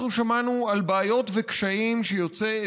אנחנו שמענו על בעיות וקשיים שיוצאי